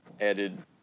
added